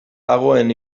dagoen